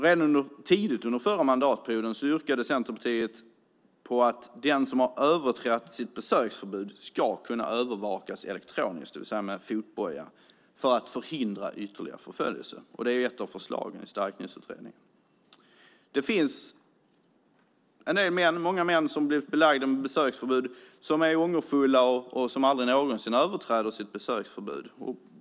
Redan tidigt under förra mandatperioden yrkade Centerpartiet på att den som har överträtt sitt besöksförbud ska kunna övervakas elektroniskt, det vill säga med fotboja, för att förhindra ytterligare förföljelse. Det är ett av förslagen i Stalkningsutredningen . Det finns många män som blivit belagda med besöksförbud som är ångerfulla och aldrig någonsin överträder besöksförbudet.